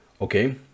Okay